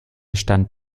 stand